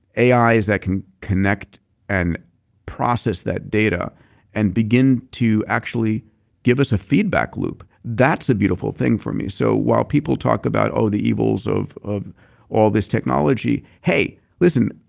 ais that can connect and process that data and begin to actually give us a feedback loop that's a beautiful thing for me. so while people talk about all the evils of of all this technology, hey listen,